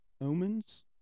omens